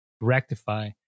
rectify